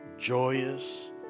joyous